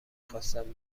خواستم